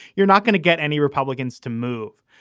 you're not going to get any republicans to move.